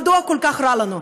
מדוע כל כך רע לנו?